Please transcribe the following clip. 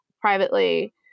privately